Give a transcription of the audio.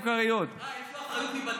ברור, יש גם סוכריות בכיס.